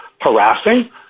harassing